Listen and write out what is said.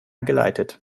geleitet